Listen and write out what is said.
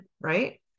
right